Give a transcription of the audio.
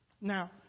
Now